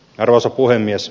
arvoisa puhemies